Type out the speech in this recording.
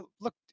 look